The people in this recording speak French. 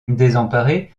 désemparée